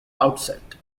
outset